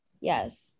Yes